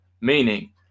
meaning